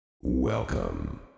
Welcome